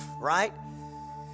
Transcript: right